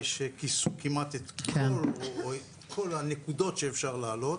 שכיסו כמעט את כל הנקודות שאפשר להעלות.